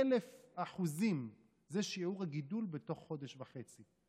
מ-60,000% זה שיעור הגידול במספר המאומתים בתוך חודש וחצי.